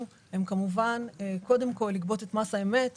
הם כמובן קודם כל לגבות את מס האמת ,